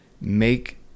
Make